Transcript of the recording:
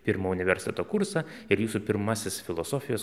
pirmo universiteto kursą ir jūsų pirmasis filosofijos